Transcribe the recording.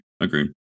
Agreed